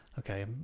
Okay